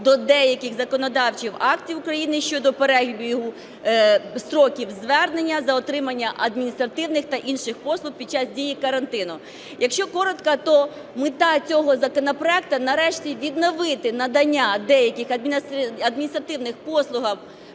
до деяких законодавчих актів України щодо перебігу строків звернення за отриманням адміністративних та інших послуг під час дії карантину. Якщо коротко, то мета цього законопроекту – нарешті відновити надання деяких адміністративних послуг